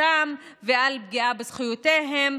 החזקתם ועל פגיעה בזכויותיהם,